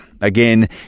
Again